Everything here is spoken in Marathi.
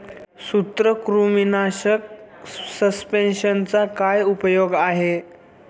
सूत्रकृमीनाशक सस्पेंशनचा काय उपयोग आहे?